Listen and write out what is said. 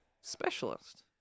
specialist